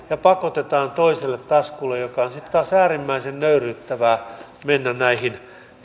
ja pakotetaan toiselle taskulle mikä on sitten taas äärimmäisen nöyryyttävää mennä näihin